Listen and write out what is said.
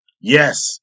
yes